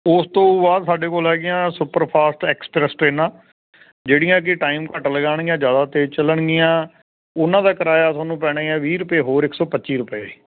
ਉਸ ਤੋਂ ਬਾਅਦ ਸਾਡੇ ਕੋਲ ਹੈਗੀਆਂ ਸੁਪਰਫਾਸਟ ਐਕਸਪ੍ਰੈਸ ਟਰੇਨਾਂ ਜਿਹੜੀਆਂ ਕੀ ਟਾਈਮ ਘੱਟ ਲਗਾਉਣਗੀਆਂ ਜ਼ਿਆਦਾ ਤੇਜ਼ ਚੱਲਣਗੀਆਂ ਉਹਨਾਂ ਦਾ ਕਿਰਾਇਆ ਤੁਹਾਨੂੰ ਪੈਣਾ ਹੀ ਆ ਵੀਹ ਰੁਪਏ ਹੋਰ ਇੱਕ ਸੌ ਪੱਚੀ ਰੁਪਏ